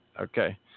okay